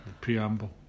Preamble